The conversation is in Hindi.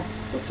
तो क्या होगा